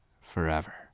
forever